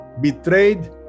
betrayed